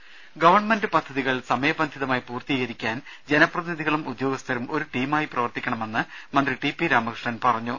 രുര ഗവൺമെന്റ് പദ്ധതികൾ സമയബന്ധിതമായി പൂർത്തീകരിക്കാൻ ജനപ്രതിനിധികളും ഉദ്യോഗസ്ഥരും ഒരു ടീമായി പ്രവർത്തിക്കണമെന്ന് മന്ത്രി ടി പി രാമകൃഷ്ണൻ പറഞ്ഞു